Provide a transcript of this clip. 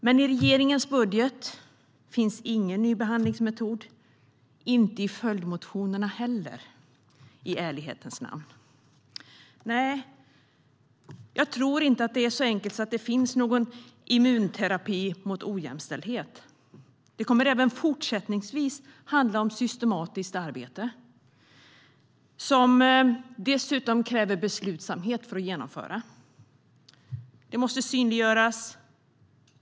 Men i regeringens budget finns det ingen ny behandlingsmetod. Det finns det inte heller i följdmotionerna, ska jag i ärlighetens namn säga. Nej, jag tror inte att det är så enkelt att det finns någon immunterapi mot ojämställdhet. Det kommer även fortsättningsvis att handla om systematiskt arbete som dessutom kräver beslutsamhet för att genomföras. Detta måste synliggöras.